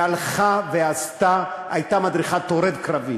הלכה ועשתה, הייתה מדריכת עורב קרבית.